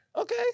Okay